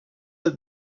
have